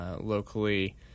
locally